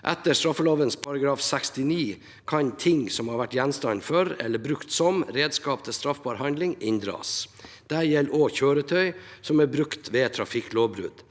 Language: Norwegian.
Etter straffeloven § 69 kan ting som har vært gjenstand for eller brukt som redskap til straffbar handling, inndras. Det gjelder også kjøretøy som er brukt ved trafikklovbrudd.